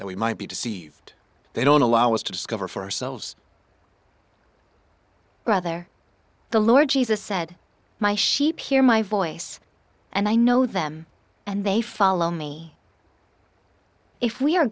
that we might be deceived they don't allow us to discover for ourselves rather the lord jesus said my sheep hear my voice and i know them and they follow me if we are